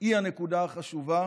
היא הנקודה החשובה.